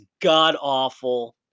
god-awful